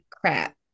crap